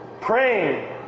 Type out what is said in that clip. Praying